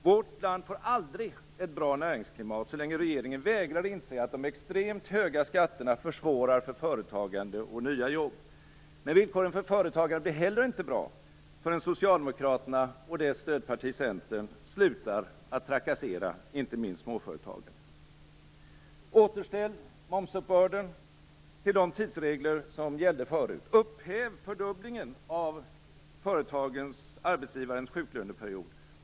Vårt land får aldrig ett bra näringsklimat så länge regeringen vägrar inse att de extremt höga skatterna försvårar för företagande och nya jobb. Men villkoren för företagande blir heller inte bra förrän Socialdemokraterna och dess stödparti Centern slutar att trakassera inte minst småföretagarna. Återställ momsuppbörden till de tidsregler som gällde förut! Upphäv fördubblingen av arbetsgivarens sjuklöneperiod!